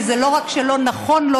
כי זה לא רק לא נכון לו,